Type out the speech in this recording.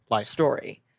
story